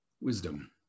wisdom